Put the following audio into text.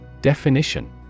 Definition